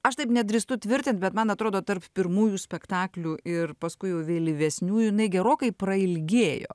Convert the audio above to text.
aš taip nedrįstu tvirtint bet man atrodo tarp pirmųjų spektaklių ir paskui jau vėlyvesniųjų jinai gerokai prailgėjo